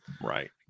right